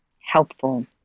helpful